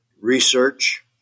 research